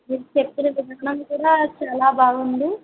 ఇది చెప్పిన విధానం కూడా చాలా బాగుంది